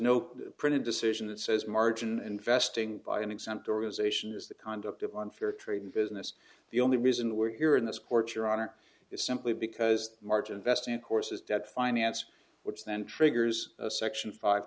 no printed decision that says margin investing by an exempt organization is the conduct of unfair trading business the only reason we're here in this court your honor is simply because marge invest in courses debt finance which then triggers a section five